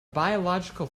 biological